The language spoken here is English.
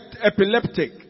epileptic